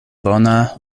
bona